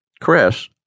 Chris